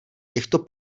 těchto